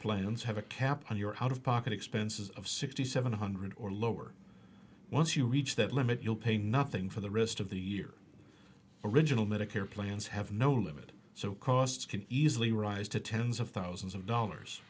plans have a cap on your out of pocket expenses of sixty seven hundred or lower once you reach that limit you'll pay nothing for the rest of the year original medicare plans have no limit so costs can easily rise to tens of thousands of